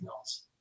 else